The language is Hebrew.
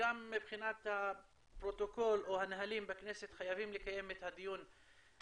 גם מבחינת הפרוטוקול או הנהלים בכנסת חייבים לקיים את הדיון הזה,